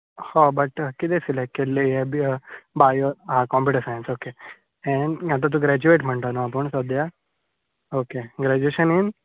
but कितें select केल्ली computer science okay आतां तूं ग्रेज्युएट म्हणटा न्हय आपूण सद्याक ओके ग्रेड्युएशन इन